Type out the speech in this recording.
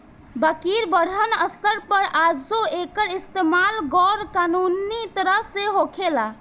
बाकिर बड़हन स्तर पर आजो एकर इस्तमाल गैर कानूनी तरह से होखेला